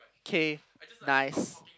K nice